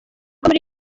muri